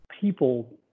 people